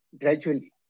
gradually